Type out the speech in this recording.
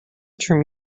term